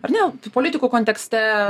ar ne politikų kontekste